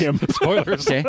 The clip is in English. Spoilers